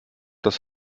das